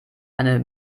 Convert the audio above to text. eine